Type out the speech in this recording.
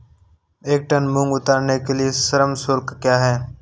एक टन मूंग उतारने के लिए श्रम शुल्क क्या है?